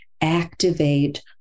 activate